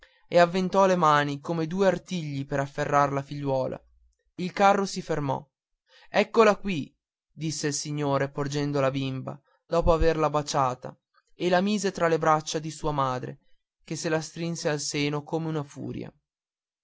e avventò le mani come due artigli per afferrar la figliuola il carro si fermò eccola qui disse il signore porgendo la bimba dopo averla baciata e la mise tra le braccia di sua madre che se la strinse al seno come una furia